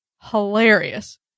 Hilarious